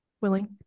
willing